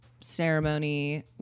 ceremony